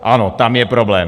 Ano, tam je problém.